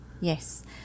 Yes